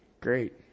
Great